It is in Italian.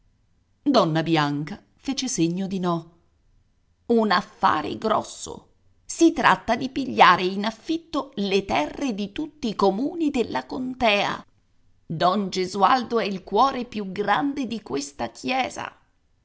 donna bianca fece segno di no un affare grosso si tratta di pigliare in affitto le terre di tutti i comuni della contea don gesualdo ha il cuore più grande di questa chiesa